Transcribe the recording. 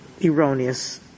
erroneous